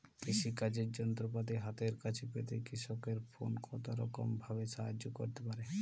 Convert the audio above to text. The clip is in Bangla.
কৃষিকাজের যন্ত্রপাতি হাতের কাছে পেতে কৃষকের ফোন কত রকম ভাবে সাহায্য করতে পারে?